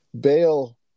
Bail